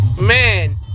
Man